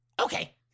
okay